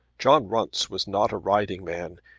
john runce was not a riding man.